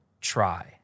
Try